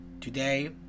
Today